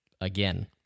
Again